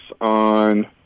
on